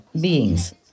beings